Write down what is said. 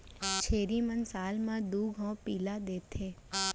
छेरी मन साल म दू घौं पिला देथे